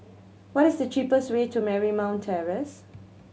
what is the cheapest way to Marymount Terrace